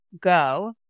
go